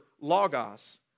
logos